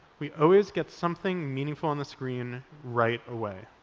we always get something meaningful on the screen right away.